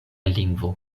lingvo